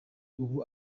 ubu